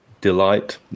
delight